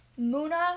Muna